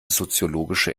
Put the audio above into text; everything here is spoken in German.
soziologische